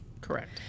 Correct